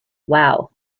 wow